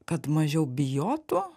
kad mažiau bijotų